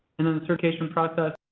and then the certification process.